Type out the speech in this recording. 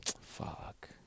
Fuck